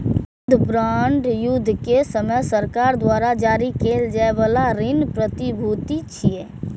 युद्ध बांड युद्ध के समय सरकार द्वारा जारी कैल जाइ बला ऋण प्रतिभूति छियै